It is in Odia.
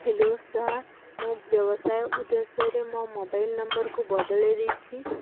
ହ୍ୟାଲୋ ସାର୍ ମୁଁ ବ୍ୟବସାୟ ଉଦ୍ଦେଶ୍ୟରେ ମୋ ମୋବାଇଲ୍ ନମ୍ବରକୁ ବଦଳେଇ ଦେଇଛି